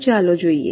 તો ચાલો જોઈએ